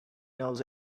knows